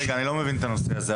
אני לא מבין את הנושא הזה.